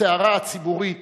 הסערה הציבורית